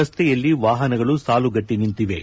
ರಸ್ತೆಯಲ್ಲಿ ವಾಹಗಳು ಸಾಲುಗಟ್ಟಿ ನಿಂತಿವೆ